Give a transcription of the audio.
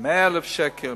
100,000 שקל,